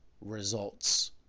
results